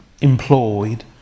employed